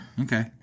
Okay